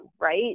right